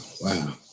Wow